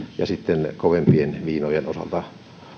ja sitten kovempien viinojen osalta